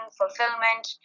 fulfillment